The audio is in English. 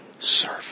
serve